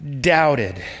doubted